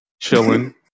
chilling